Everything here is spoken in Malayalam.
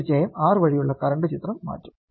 തീർച്ചയായും R വഴിയുള്ള കറന്റ് ചിത്രം മാറ്റും